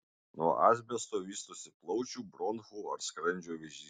nuo asbesto vystosi plaučių bronchų ar skrandžio vėžys